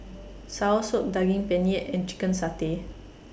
Soursop Daging Penyet and Chicken Satay